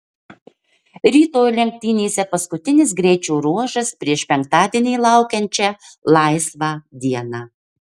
rytoj lenktynėse paskutinis greičio ruožas prieš penktadienį laukiančią laisvą dieną